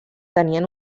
tenien